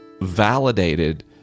validated